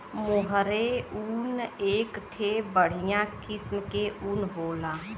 मोहेर ऊन एक ठे बढ़िया किस्म के ऊन होला